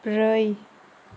ब्रै